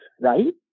right